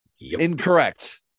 Incorrect